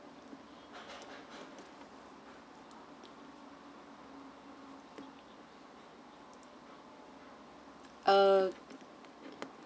uh